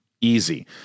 Easy